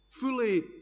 fully